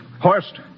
Horst